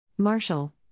Marshall